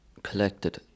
Collected